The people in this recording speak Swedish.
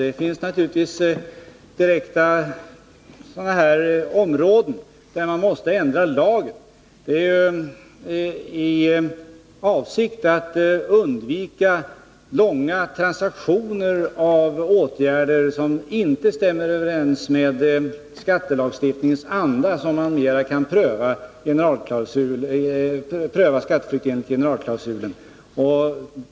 Det finns naturligtvis klart definierade områden, där man måste ändra lagen i avsikt att undvika långa kedjor av transaktioner, som inte stämmer överens med skattelagstiftningens anda och där man kan pröva skattesystemets generalklausul.